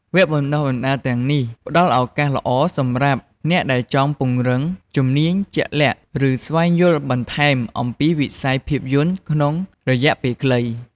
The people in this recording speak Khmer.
វគ្គបណ្ដុះបណ្ដាលទាំងនេះផ្ដល់ឱកាសល្អសម្រាប់អ្នកដែលចង់ពង្រឹងជំនាញជាក់លាក់ ឬស្វែងយល់បន្ថែមអំពីវិស័យភាពយន្តក្នុងរយៈពេលខ្លី។